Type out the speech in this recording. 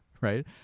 right